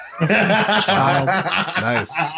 Nice